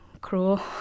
cruel